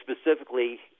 specifically